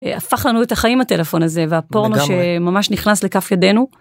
הפך לנו את החיים הטלפון הזה, והפורנו שממש נכנס לכף ידינו.